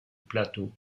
plateau